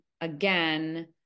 again